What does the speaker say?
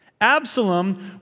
Absalom